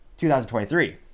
2023